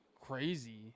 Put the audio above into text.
crazy